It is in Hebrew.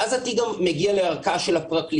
ואז התיק גם מגיע לערכאה של הפרקליטות.